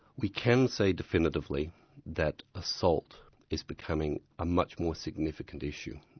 we can say definitively that assault is becoming a much more significant issue.